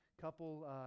couple